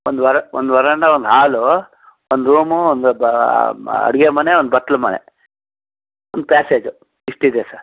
ಒಂದು ವರ ಒಂದು ವರಾಂಡ ಒಂದು ಹಾಲು ಒಂದು ರೂಮು ಒಂದು ಅಡುಗೆ ಮನೆ ಒಂದು ಬಚ್ಲು ಮನೆ ಒಂದು ಪ್ಯಾಸೇಜು ಇಷ್ಟಿದೆ ಸರ್